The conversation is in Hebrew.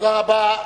תודה רבה.